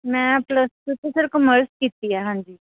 ਮੈਂ plus two 'ਚ sir commerce ਕੀਤੀ ਆ ਹਾਂਜੀ